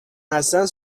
هستند